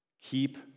Keep